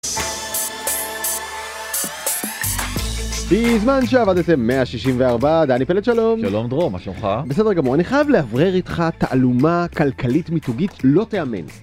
בזמן שעבדתם 164 דני פלד שלום. שלום, מה שלומך? בסדר גמור. אני חייב לברר אתך תעלומה כלכלית מיתוגית לא תיאמן